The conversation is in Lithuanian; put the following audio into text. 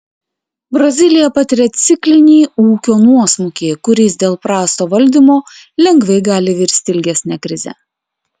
brazilija patiria ciklinį ūkio nuosmukį kuris dėl prasto valdymo lengvai gali virsti ilgesne krize